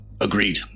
Agreed